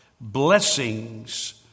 blessings